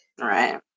Right